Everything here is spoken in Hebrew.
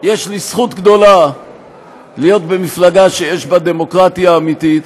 יש לי זכות גדולה להיות במפלגה שיש בה דמוקרטיה אמיתית,